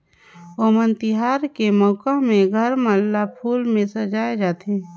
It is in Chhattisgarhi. ओनम तिहार के मउका में घर मन ल फूल में सजाए जाथे